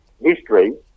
History